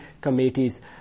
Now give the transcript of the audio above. committees